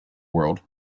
world